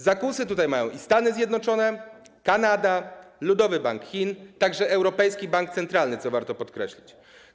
Zakusy w tym zakresie mają Stany Zjednoczone, Kanada, Ludowy Bank Chin, także Europejski Bank Centralny, co warto podkreślić.